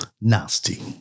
nasty